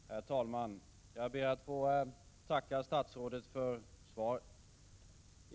Herr talman! Jag ber att få tacka statsrådet för svaret.